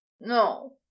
No